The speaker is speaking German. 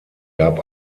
gab